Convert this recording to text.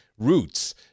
roots